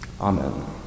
Amen